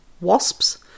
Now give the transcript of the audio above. wasps